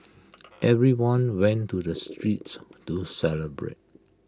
everyone went to the streets to celebrate